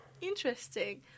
Interesting